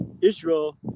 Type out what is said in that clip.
Israel